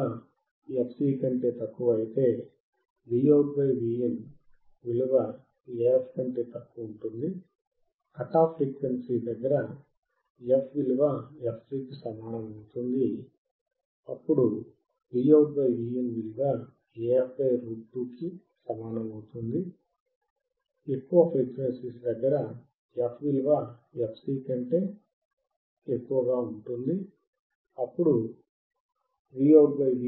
అని